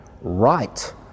right